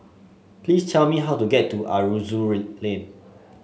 please tell me how to get to Aroozoo Lane